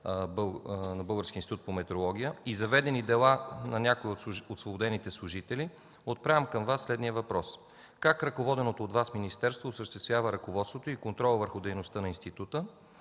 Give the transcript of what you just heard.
на Българския институт по метрология и заведени дела от някои от освободените служители, отправям към Вас следния въпрос: Как ръководеното от Вас министерство осъществява ръководството и контрола върху дейността на института;